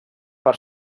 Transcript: per